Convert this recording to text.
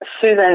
Susan